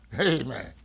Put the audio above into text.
Amen